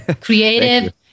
creative